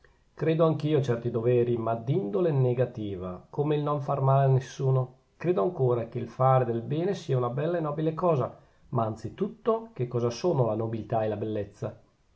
credo anch'io a certi doveri ma d'indole negativa come il non far male a nessuno credo ancora che il fare del bene sia una bella e nobile cosa ma anzi tutto che cosa sono la nobiltà e la bellezza